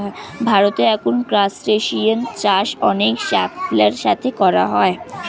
ভারতে এখন ক্রাসটেসিয়ান চাষ অনেক সাফল্যের সাথে করা হয়